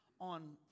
on